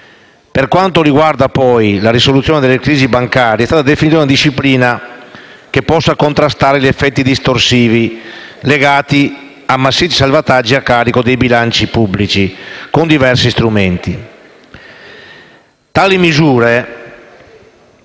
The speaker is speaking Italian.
Per quanto riguarda, poi, la risoluzione delle crisi bancarie, è stata definita una disciplina che possa contrastare gli effetti distorsivi legati a massicci salvataggi a carico dei bilanci pubblici con diversi strumenti.